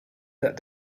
that